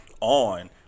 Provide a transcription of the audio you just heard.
on